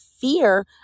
fear